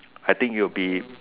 I think you'll be